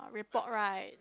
report right